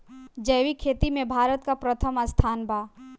जैविक खेती में भारत का प्रथम स्थान बा